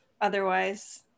otherwise